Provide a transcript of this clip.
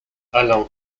alain